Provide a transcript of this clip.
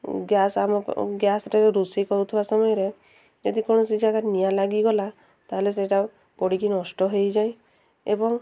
gas ଆମ ଗ୍ୟାସ୍ରେ ରୋଷେଇ କରୁଥିବା ସମୟରେ ଯଦି କୌଣସି ଜାଗା ନିଆଁ ଲାଗିଗଲା ତା'ହେଲେ ସେଟା ପୋଡ଼ିକି ନଷ୍ଟ ହେଇଯାଏ ଏବଂ